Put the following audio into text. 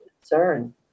concern